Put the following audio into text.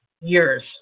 years